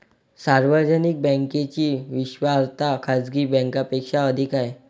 सार्वजनिक बँकेची विश्वासार्हता खाजगी बँकांपेक्षा अधिक आहे